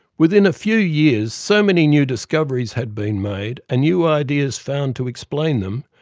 within a few years so many new discoveries had been made, and new ideas found to explain them,